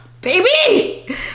baby